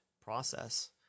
process